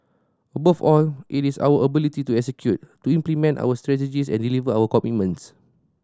above all it is our ability to execute to implement our strategies and deliver our commitments